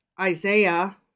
Isaiah